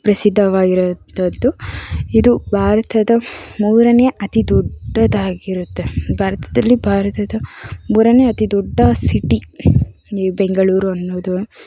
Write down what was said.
ಪ್ರಸಿದ್ಧವಾಗಿರುವಂಥದ್ದು ಇದು ಭಾರತದ ಮೂರನೆಯ ಅತಿ ದೊಡ್ಡದಾಗಿರುತ್ತೆ ಭಾರತದಲ್ಲಿ ಭಾರತದ ಮೂರನೆಯ ಅತಿ ದೊಡ್ಡ ಸಿಟಿ ಈ ಬೆಂಗಳೂರು ಅನ್ನೋದು